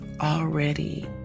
already